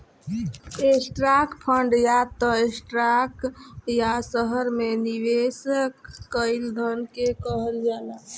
stock fund या त stock या शहर में निवेश कईल धन के कहल जाला